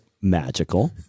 Magical